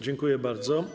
Dziękuję bardzo.